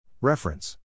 Reference